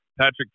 Patrick